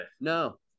No